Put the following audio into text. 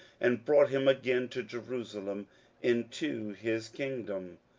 and brought him again to jerusalem into his kingdom.